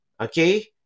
Okay